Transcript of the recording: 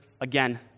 again